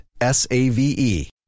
S-A-V-E